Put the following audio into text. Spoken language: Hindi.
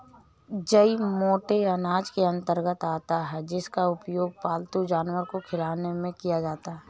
जई मोटे अनाज के अंतर्गत आता है जिसका उपयोग पालतू जानवर को खिलाने में किया जाता है